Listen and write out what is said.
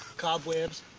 cobwebs,